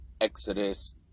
Exodus